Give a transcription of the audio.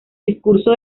discurso